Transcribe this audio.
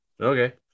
okay